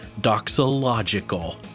doxological